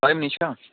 ਹਾਏ ਨਿਸ਼ਾ